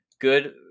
Good